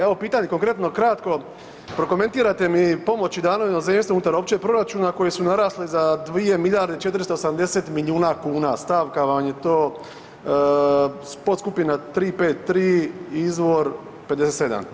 Evo pitanje konkretno, kratko prokomentirajte mi pomoći dane inozemstvu unutar općeg proračuna koje su narasle za 2 milijarde 480 milijuna kuna, stavka vam je to podskupna 353 izvor 57.